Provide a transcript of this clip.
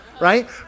right